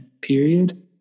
period